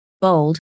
bold